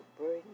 burden